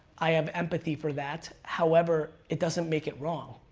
i have empathy for that. however, it doesn't make it wrong.